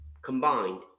Combined